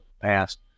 past